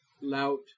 lout